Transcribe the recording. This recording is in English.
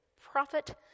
prophet